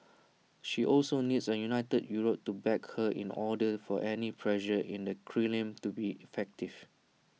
she also needs A united Europe to back her in order for any pressure in the Kremlin to be effective